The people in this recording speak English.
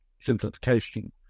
simplification